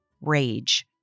Rage